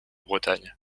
bretagne